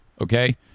Okay